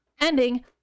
ending